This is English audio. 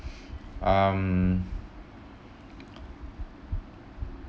um